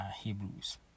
Hebrews